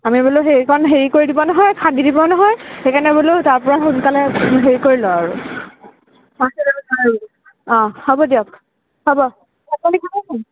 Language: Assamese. আমি বোলো সেইকণ হেৰি কৰি দিব নহয় খান্দি দিব নহয় সেইকাৰণে বোলো তাৰপৰা সোনকালে হেৰি কৰিলোঁ আৰু অঁ হ'ব দিয়ক হ'ব